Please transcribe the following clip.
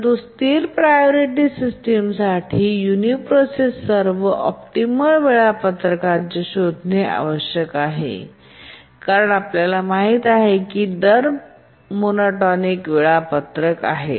परंतु स्थिर priority system साठी युनिप्रोसेसर व ऑप्टिमल वेळापत्रकांचे शोधणे आवश्यक आहे कारण आपल्याला माहित आहे की दर मोनोटॉनिकरेट मोनोटोनिक वेळापत्रक आहेत